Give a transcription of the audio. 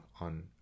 on